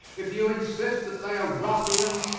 if you insist that they are ruffians,